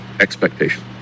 expectation